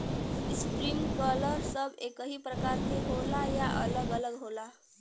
Sprinkler सब एकही प्रकार के होला या अलग अलग होला?